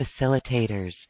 facilitators